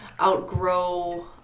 outgrow